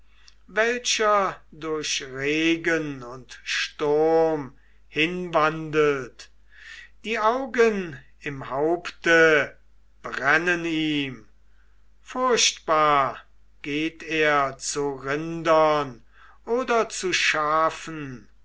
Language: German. welcher durch regen und sturm hinwandelt die augen im haupte brennen ihm furchtbar geht er zu rindern oder zu schafen